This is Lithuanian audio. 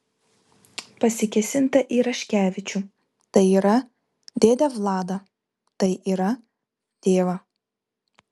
pasikėsinta į raškevičių tai yra dėdę vladą tai yra tėvą